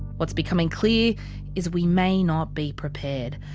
what's becoming clear is, we may not be prepared.